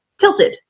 tilted